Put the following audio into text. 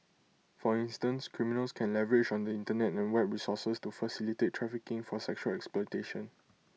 for instance criminals can leverage on the Internet and web resources to facilitate trafficking for sexual exploitation